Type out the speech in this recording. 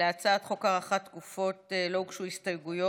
להצעת חוק הארכת תקופות לא הוגשו הסתייגויות,